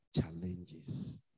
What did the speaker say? challenges